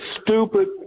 stupid